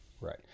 Right